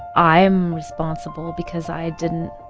i am responsible because i didn't